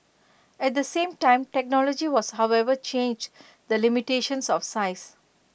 at the same time technology was however changed the limitations of size